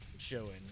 Showing